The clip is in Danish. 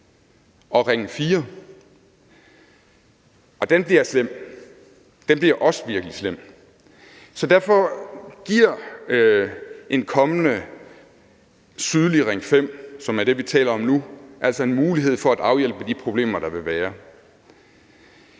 og som også bliver virkelig slem. Så derfor giver en kommende sydlig Ring 5, som er det, vi taler om nu, altså en mulighed for at afhjælpe de problemer, der vil være.